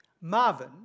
Marvin